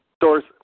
Doris